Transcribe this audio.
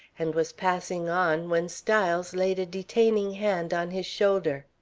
and was passing on when styles laid a detaining hand on his shoulder.